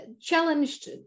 challenged